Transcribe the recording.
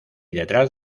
detrás